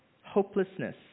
hopelessness